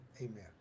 Amen